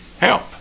help